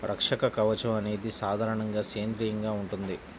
రక్షక కవచం అనేది సాధారణంగా సేంద్రీయంగా ఉంటుంది